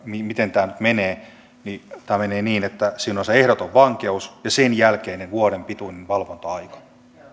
siitä miten tämä nyt menee tämä menee niin että siinä on se ehdoton vankeus ja sen jälkeinen vuoden pituinen valvonta aika